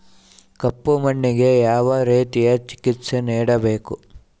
ಕಪ್ಪು ಮಣ್ಣಿಗೆ ಯಾವ ರೇತಿಯ ಚಿಕಿತ್ಸೆ ನೇಡಬೇಕು?